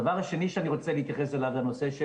הדבר השני שאני רוצה להתייחס אליו זה הנושא של